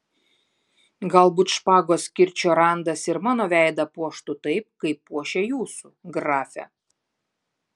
galbūt špagos kirčio randas ir mano veidą puoštų taip kaip puošia jūsų grafe